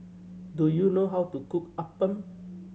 do you know how to cook appam